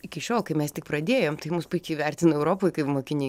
iki šiol kai mes tik pradėjom tai mums puikiai vertina europoj kai mokiniai